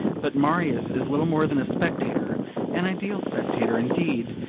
but marius is little more than a spectator an ideal spectator indeed,